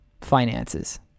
finances